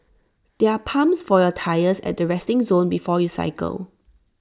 there are pumps for your tyres at the resting zone before you cycle